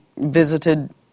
visited